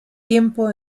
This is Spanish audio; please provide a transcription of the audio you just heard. tiempo